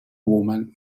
woman